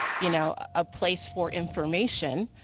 you know, a place for information